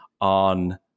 on